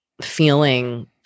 feeling